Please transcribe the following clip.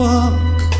Walk